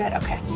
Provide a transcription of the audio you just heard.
ah okay.